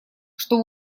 чтобы